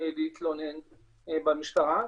להתלונן במשטרה.